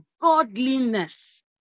godliness